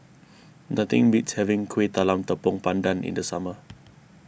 nothing beats having Kuih Talam Tepong Pandan in the summer